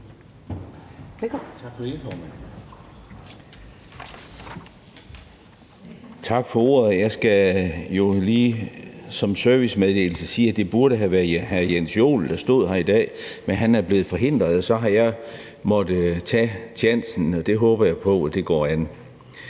Tak for ordet. Jeg skal som en servicemeddelelse lige sige, at det burde have været hr. Jens Joel, der stod her i dag, men han er blevet forhindret, og så har jeg måttet tage tjansen, og det håber jeg på går an.